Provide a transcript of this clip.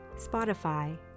Spotify